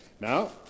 Now